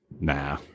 Nah